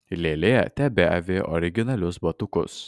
lėlė tebeavi originalius batukus